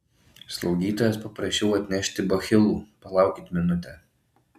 slaugytojos paprašiau atnešti bachilų palaukit minutę